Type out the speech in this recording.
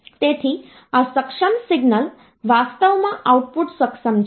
તેથી આ સક્ષમ સિગ્નલ વાસ્તવમાં આઉટપુટ સક્ષમ છે